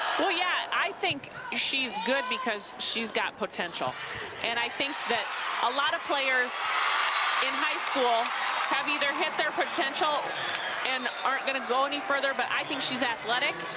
yeah, i think she's good because she's got potential and i think that a lot of players in high school have either hit their potential and aren't going to go any further, but i think she's athletic,